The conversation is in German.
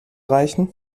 reichen